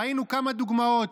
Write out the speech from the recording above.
ראינו כמה דוגמאות.